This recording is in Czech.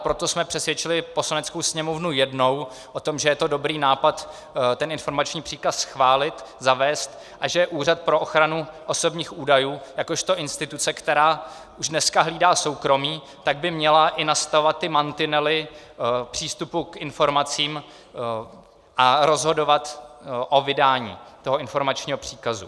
Proto jsme přesvědčili Poslaneckou sněmovnu jednou o tom, že je dobrý nápad informační příkaz schválit, zavést a že Úřad pro ochranu osobních údajů jakožto instituce, která už dneska hlídá soukromí, by měla i nastavovat ty mantinely přístupu k informacím a rozhodovat o vydání informačního příkazu.